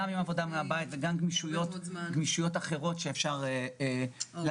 גם עבודה מהבית וגם גמישויות אחרות שאפשר לעשות.